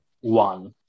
one